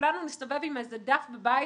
שכולנו נסתובב עם איזה דף בבית.